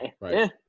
right